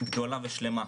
גדולה ושלמה.